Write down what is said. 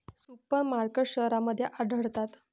super markets शहरांमध्ये आढळतात